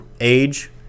age